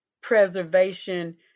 preservation